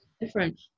different